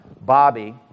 Bobby